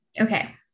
okay